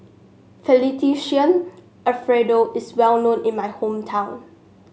Fettuccine Alfredo is well known in my hometown